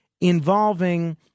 involving